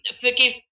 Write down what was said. forgive